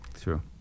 True